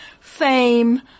fame